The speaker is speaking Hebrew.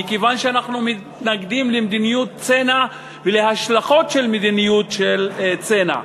מכיוון שאנחנו מתנגדים למדיניות צנע ולהשלכות של מדיניות צנע.